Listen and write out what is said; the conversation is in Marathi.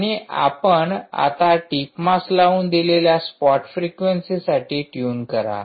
आणि आपण आता टिप मास लावून दिलेल्या स्पॉट फ्रेक्वेंसीसाठी ट्यून करा